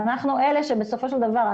אנחנו אלה שבסופו של דבר,